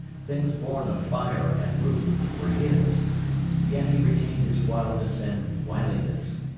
things born of fire and roof, were his yet he retained his wildness and wiliness.